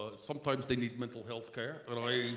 sometimes they need mental healthcare and i